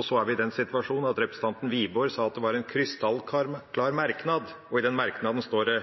Så er vi i den situasjonen at representanten Wiborg sa at det var en krystallklar merknad. I den merknaden står det: